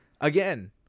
Again